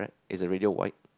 is the radio white